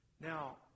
Now